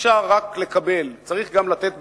אי-אפשר רק לקבל, צריך גם לתת בחזרה.